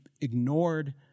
ignored